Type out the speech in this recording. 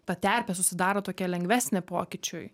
ta terpė susidaro tokia lengvesnė pokyčiui